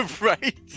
Right